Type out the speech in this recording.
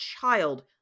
child